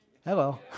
Hello